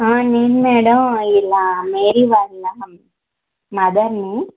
నేను మ్యాడమ్ ఇలా మేరీ వాళ్ళ మదర్ని